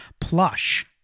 Plush